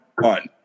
One